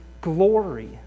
glory